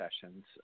sessions